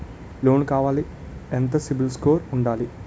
Loan కావాలి ఎంత CIBIL score ఉండాలి?